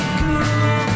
cool